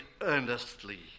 earnestly